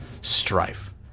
strife